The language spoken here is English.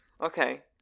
Okay